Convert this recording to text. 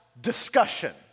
discussion